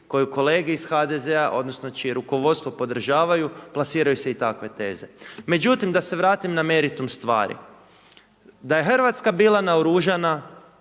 koju kolege iz HDZ-a odnosno čije rukovodstvo podržavaju plasiraju se i takve teze. Međutim da se vratim na meritum stvari. Da je Hrvatska bila naoružana